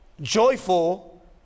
joyful